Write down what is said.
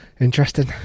Interesting